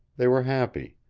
they were happy.